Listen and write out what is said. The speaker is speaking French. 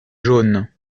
jaune